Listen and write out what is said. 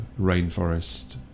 rainforest